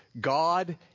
God